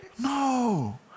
No